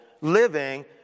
living